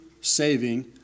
saving